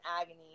agony